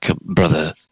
brother